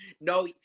No